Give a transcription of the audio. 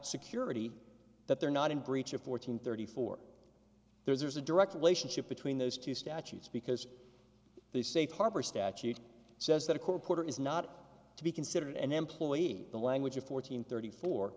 security that they're not in breach of four hundred thirty four there's a direct relationship between those two statutes because they say harbor statute says that a quarter is not to be considered an employee the language of fourteen thirty four